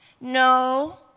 no